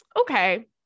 Okay